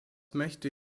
möchte